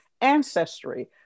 ancestry